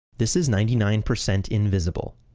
this is ninety nine percent invisible.